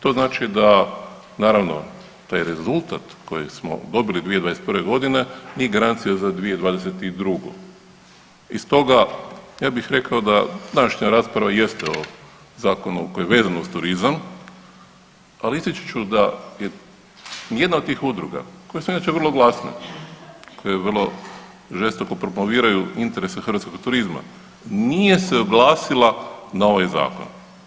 To znači da naravno, taj rezultat koji smo dobili 2021. godine nije garancija za 2022. i stoga ja bih rekao da današnja rasprava jeste o zakonu koji je vezan uz turizam, ali ističući da ni jedna od tih udruga koje su inače vrlo glasne, koje vrlo žestoko promoviraju interese hrvatskog turizma nije se oglasila na ovaj zakon.